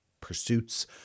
pursuits